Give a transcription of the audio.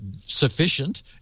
sufficient